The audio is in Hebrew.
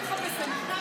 הוא לא מחפש את האמת.